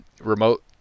remote